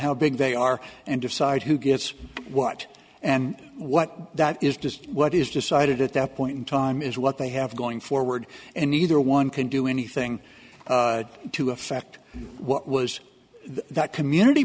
how big they are and decide who gets what and what that is just what is decided at that point in time is what they have going forward and neither one can do anything to affect what was that community